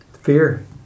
Fear